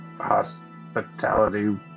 hospitality